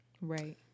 Right